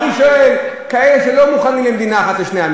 אני מאמין שחלק מהנציגות של הבית היהודי יעזבו,